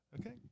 Okay